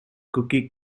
cookie